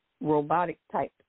robotic-type